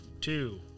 two